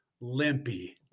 Limpy